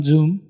Zoom